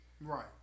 Right